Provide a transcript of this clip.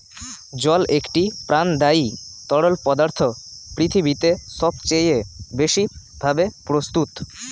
জল একটি প্রাণদায়ী তরল পদার্থ পৃথিবীতে সবচেয়ে বেশি ভাবে প্রস্তুত